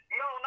no